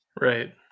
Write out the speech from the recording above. Right